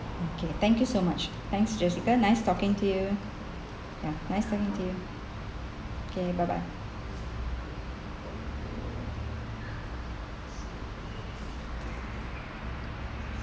okay thank you so much thanks jessica nice talking to you yeah nice talking to you okay bye bye